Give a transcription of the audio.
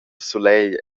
sulegl